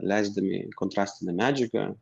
leisdami kontrastinę medžiagą